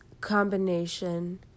combination